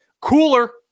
cooler